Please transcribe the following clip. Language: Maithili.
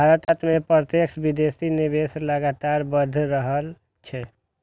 भारत मे प्रत्यक्ष विदेशी निवेश लगातार बढ़ि रहल छै